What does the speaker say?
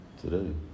today